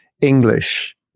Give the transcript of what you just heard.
English